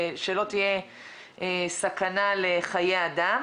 ושלא תהיה סכנה לחיי אדם,